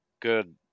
Good